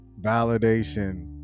validation